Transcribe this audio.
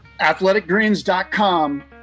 athleticgreens.com